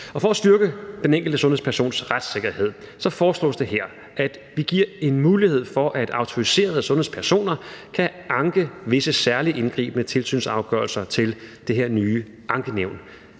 For at styrke den enkelte sundhedspersons retssikkerhed foreslås det her, at vi giver en mulighed for, at autoriserede sundhedspersoner kan anke visse særligt indgribende tilsynsafgørelser til det her nye ankenævn